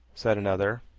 said another.